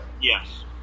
Yes